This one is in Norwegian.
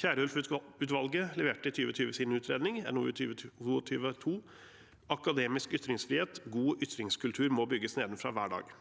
Kierulf-utvalget leverte i 2022 sin utredning, NOU 2022: 2, Akademisk ytringsfrihet – God ytringskultur må bygges nedenfra, hver dag.